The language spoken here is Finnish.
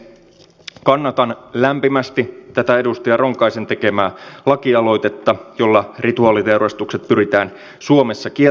kannatan lämpimästi tätä edustaja ronkaisen tekemää lakialoitetta jolla rituaaliteurastukset pyritään suomessa kieltämään